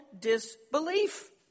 disbelief